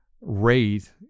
rate